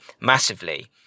massively